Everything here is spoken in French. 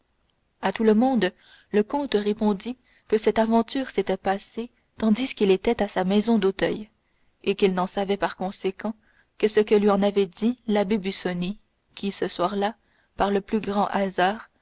à tout le monde le comte répondit que cette aventure s'était passée tandis qu'il était à sa maison d'auteuil et qu'il n'en savait par conséquent que ce que lui en avait dit l'abbé busoni qui ce soir-là par le plus grand hasard